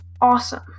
awesome